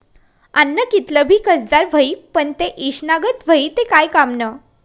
आन्न कितलं भी कसदार व्हयी, पन ते ईषना गत व्हयी ते काय कामनं